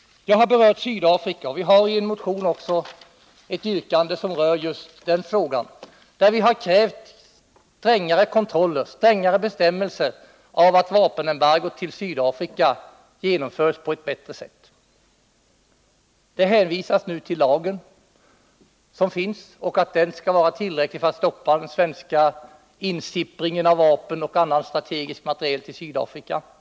Jag har berört Sydafrika, och vi har i en motion också ett yrkande som rör just den frågan. Där har vi krävt strängare bestämmelser och strängare kontroller av att vapenembargot till Sydafrika genomförs på ett bättre sätt än nu. Utskottet hänvisar till den lag som finns och anser att den är tillräcklig för att stoppa svenska vapen och annan strategisk materiel som kan sippra in till Sydafrika.